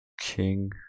king